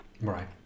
right